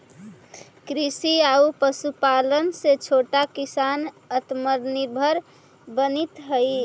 कृषि आउ पशुपालन से छोटा किसान आत्मनिर्भर बनित हइ